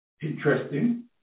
interesting